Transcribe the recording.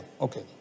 Okay